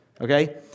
Okay